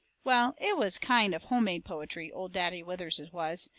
well, it was kind of home-made poetry, old daddy withers's was.